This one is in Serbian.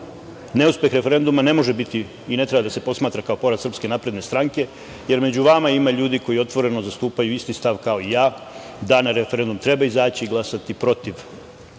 neuspeh referenduma ne može biti i ne treba da se posmatra kao poraz SNS, jer među vama ima ljudi koji otvoreno zastupaju isti stav kao i ja - da na referendum treba izaći i glasati protiv